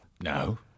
No